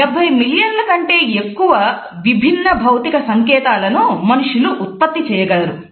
70 మిలియన్ల కంటే ఎక్కువ విభిన్న భౌతిక సంకేతాలను మనుష్యులు ఉత్పత్తి చేయగలరు